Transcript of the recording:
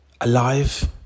alive